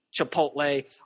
Chipotle